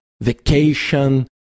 vacation